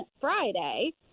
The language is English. Friday